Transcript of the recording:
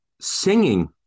singing